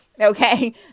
okay